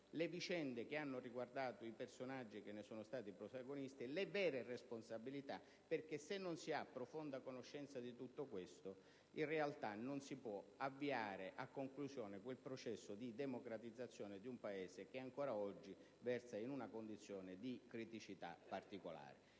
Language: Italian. le vicende che hanno riguardato i personaggi che ne sono stati protagonisti, le vere responsabilità: se non si ha, infatti, profonda conoscenza di tutto questo, in realtà non si può avviare a conclusione quel processo di democratizzazione di un Paese che, ancora oggi, versa in una condizione di criticità particolare.